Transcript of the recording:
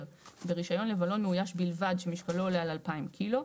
ברישיון למלון מאויש בלבד שמשקלו עולה על 2,000 ק"ג,